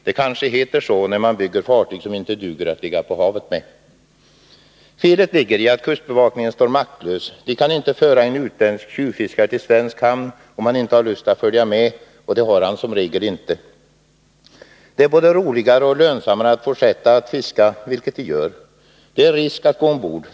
Det kanske heter så när man bygger fartyg som inte duger att ligga på havet med. Felet ligger i att kustbevakningen står maktlös. Den kan inte föra en utländsk tjuvfiskare till svensk hamn om han inte har lust att följa med — och det har han som regel inte. Det är både roligare och lönsammare att fortsätta att fiska — vilket man gör. Det är riskabelt att gå ombord.